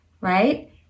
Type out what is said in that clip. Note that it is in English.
right